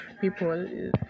people